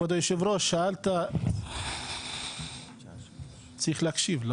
כבוד יושב הראש שאלת, צריך להקשיב לא?